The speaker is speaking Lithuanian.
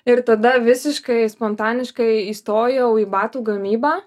ir tada visiškai spontaniškai įstojau į batų gamybą